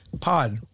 pod